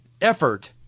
effort